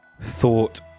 Thought